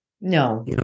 No